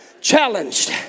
challenged